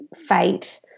fate